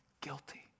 guilty